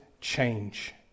change